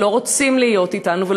ולא רוצים להיות אתנו,